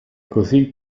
così